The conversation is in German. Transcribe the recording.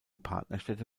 partnerstädte